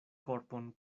korpon